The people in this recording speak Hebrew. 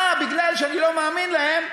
מכיוון שאני לא מאמין להם,